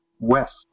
west